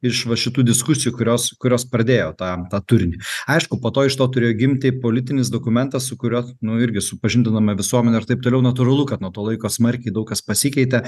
iš va šitų diskusijų kurios kurios pradėjo tą tą turinį aišku po to iš to turėjo gimti politinis dokumentas su kuriuo nu irgi supažindinome visuomenę ir taip toliau natūralu kad nuo to laiko smarkiai daug kas pasikeitė